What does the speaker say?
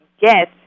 get